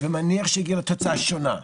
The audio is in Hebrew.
ומניח שהתוצאה תהיה שונה.